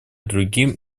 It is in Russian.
другим